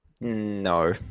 No